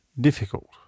difficult